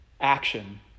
action